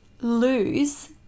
lose